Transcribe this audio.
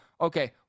okay